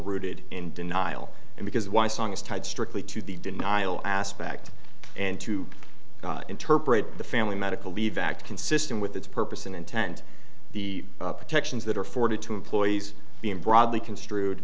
rooted in denial and because why song is tied strictly to the denial aspect and to interpret the family medical leave act consistent with its purpose and intent the protections that are forty two employees being broadly construed